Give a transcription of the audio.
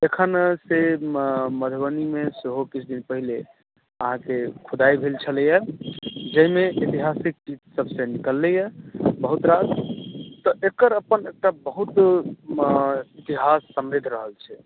एखन से मधुबनी मे तहिना किछु दिन पहिले खुदाई भेल छलैया जाहिमे ऐतिहासिक चीज सब निकललैया बहुत रास एकर अपन एकटा बहुत इतिहास समृद्ध रहल छै